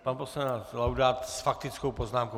Pan poslanec Laudát s faktickou poznámkou.